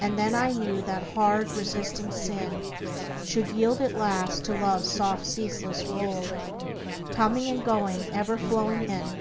and then i knew that hard, resisting sin should yield at last to love's soft ceaseless roll coming and going, ever flowing in